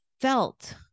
felt